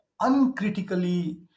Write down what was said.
uncritically